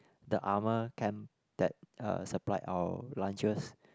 the armour camp that uh supplied our lunches